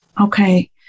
Okay